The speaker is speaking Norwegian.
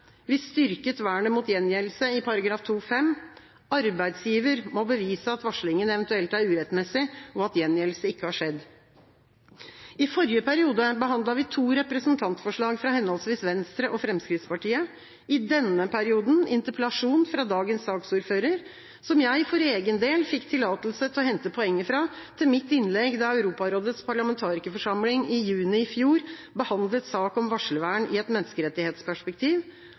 Vi styrket vernet mot gjengjeldelse i § 2-5. Arbeidsgiver må bevise at varslingen eventuelt er urettmessig, og at gjengjeldelse ikke har skjedd. I forrige periode behandlet vi to representantforslag fra henholdsvis Venstre og Fremskrittspartiet og i denne perioden en interpellasjon fra dagens saksordfører, som jeg for egen del fikk tillatelse til å hente poenger fra, til mitt innlegg da Europarådets parlamentarikerforsamling i juni i fjor behandlet sak om varslervern i et menneskerettighetsperspektiv.